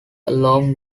along